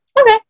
Okay